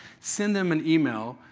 send them an email.